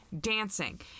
dancing